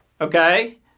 Okay